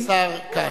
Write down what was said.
השר כץ.